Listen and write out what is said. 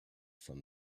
from